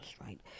right